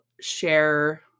share